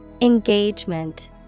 Engagement